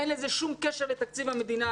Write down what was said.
אין לזה שום קשר לתקציב המדינה.